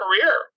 career